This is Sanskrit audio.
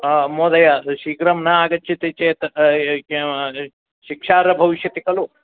महोदय शीघ्रं न आगच्छति चेत् शिक्षा भविष्यति क खलु